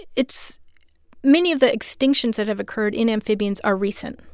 it's many of the extinctions that have occurred in amphibians are recent,